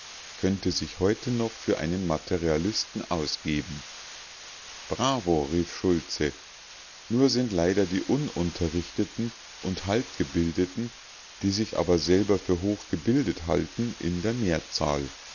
könnte sich heute noch für einen materialisten ausgeben bravo rief schultze nur sind leider die ununterrichteten und halbgebildeten die sich aber selber für hochgebildet halten in der mehrzahl